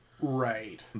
Right